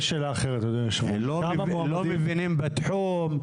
לא מבינים בתחום?